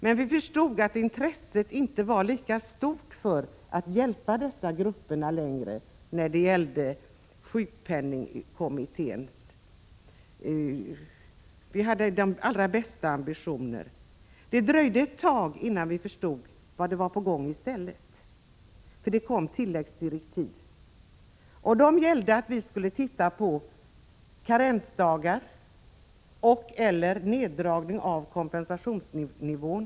Men vi förstod att intresset inte var lika stort att hjälpa dessa grupper, trots att sjukpenningkommittén hade de allra bästa ambitioner. Det tog litet tid innan vi förstod vad som i stället var på gång. Det kom nämligen tilläggsdirektiv om att vi skulle undersöka möjligheterna till införande av karensdagar och/eller neddragning av kompensationsnivån.